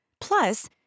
Plus